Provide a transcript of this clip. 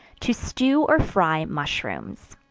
to stew or fry mushrooms.